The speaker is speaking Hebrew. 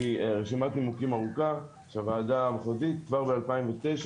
מרשימת נימוקים ארוכה שהוועדה המחוזית כבר ב-2009